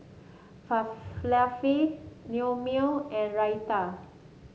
Falafel Naengmyeon and Raita